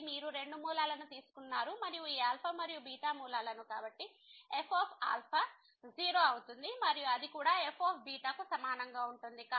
కాబట్టి మీరు రెండు మూలాలను తీసుకున్నారు మరియు ఈ ఆల్ఫా మరియు బీటా మూలాలు కాబట్టి f α 0 అవుతుంది మరియు అది కూడా f β కు సమానంగా ఉంటుంది